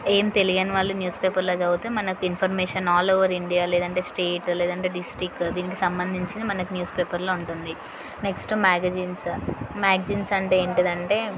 ఏమి తెలియని వాళ్ళు న్యూస్ పేపర్లో చదివితే మనకు ఇన్ఫర్మేషన్ ఆల్ ఓవర్ ఇండియా లేదంటే స్టేట్ లేదంటే డిస్టిక్ దీనికి సంబంధించింది మనకి న్యూస్ పేపర్లో ఉంటుంది నెక్స్ట్ మ్యాగజైన్సు మ్యాగజైన్స్ అంటే ఏంటిదంటే